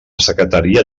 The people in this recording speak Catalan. secretaria